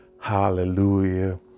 Hallelujah